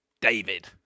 David